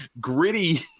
Gritty